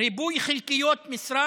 ריבוי חלקיות משרה